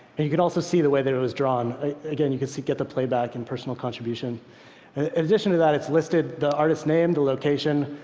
and you can also see the way that it was drawn. again, you can get get the playback and personal contribution. in addition to that, it's listed, the artist's name, the location,